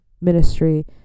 ministry